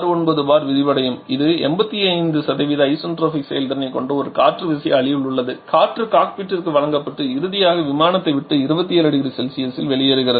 69 bar விரிவடையும் இது 85 isentropic செயல்திறனைக் கொண்ட ஒரு காற்று விசையாழியில் உள்ளது காற்று காக்பிட்டிற்கு வழங்கப்பட்டு இறுதியாக விமானத்தை விட்டு 27 0C இல் வெளியேறுகிறது